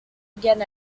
again